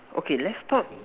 okay let's talk